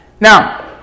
Now